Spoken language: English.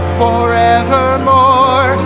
forevermore